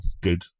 good